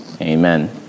amen